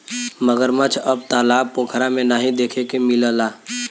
मगरमच्छ अब तालाब पोखरा में नाहीं देखे के मिलला